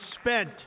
spent